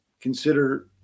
consider